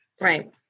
Right